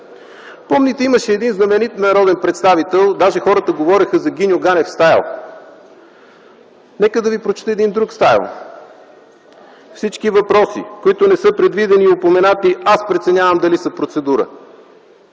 Помните, че имаше един знаменит народен представител, даже хората говореха за Гиньо Ганев-стайл. Нека да ви прочета и един друг стайл: „Всички въпроси, които не са предвидени и упоменати, аз преценявам дали са процедура!”;